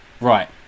Right